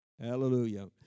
Hallelujah